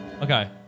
Okay